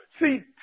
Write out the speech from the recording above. See